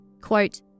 Quote